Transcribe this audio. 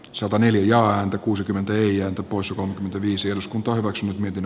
sataneljä ääntä kuusikymmentäneljä topossa on viisi eduskunta hyväksyi miten